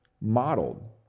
modeled